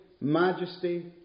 majesty